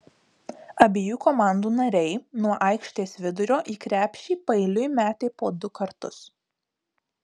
abiejų komandų nariai nuo aikštės vidurio į krepšį paeiliui metė po du kartus